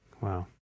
Wow